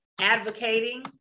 advocating